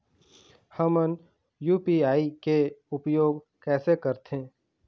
हमन यू.पी.आई के उपयोग कैसे करथें?